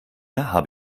habe